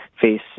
face